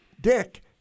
Dick